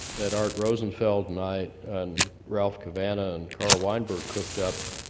that art rosenfeld, and i, and ralph cavanagh, and carl weinberg cooked up